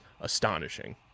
astonishing